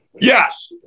Yes